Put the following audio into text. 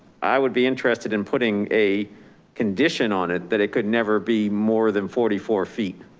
i would be interested in putting a condition on it that it could never be more than forty four feet.